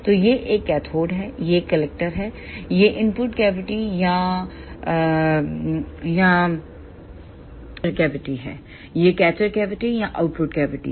तो यह एक कैथोड है यह कलेक्टर है यह इनपुट कैविटी या बनचर कैविटी है यह कैचर कैविटी या आउटपुट कैविटी है